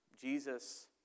Jesus